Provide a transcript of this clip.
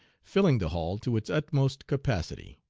filling the hall to its utmost capacity.